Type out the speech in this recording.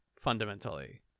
fundamentally